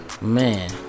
man